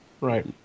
Right